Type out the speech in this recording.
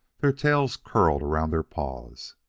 their tails curled around their paws.